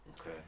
Okay